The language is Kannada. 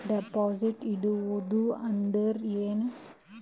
ಡೆಪಾಜಿಟ್ ಇಡುವುದು ಅಂದ್ರ ಏನ?